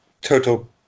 Total